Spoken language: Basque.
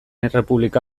errepublika